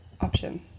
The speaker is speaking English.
option